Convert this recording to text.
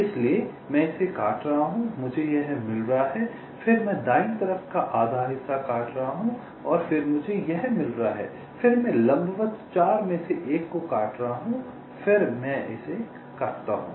इसलिए मैं इसे काट रहा हूं मुझे यह मिल रहा है फिर मैं दायीं तरफ का आधा हिस्सा काट रहा हूं और फिर मुझे यह मिल रहा है फिर मैं लंबवत 4 में से एक को काट रहा हूं फिर मैं इसे काटता हूं